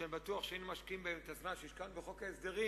שאני בטוח שאם היינו משקיעים בהם את הזמן שהשקענו בחוק ההסדרים,